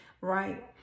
right